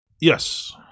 Yes